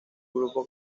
grupo